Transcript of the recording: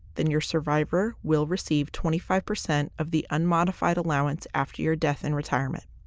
then your survivor will receive twenty five percent of the unmodified allowance after your death in retirement.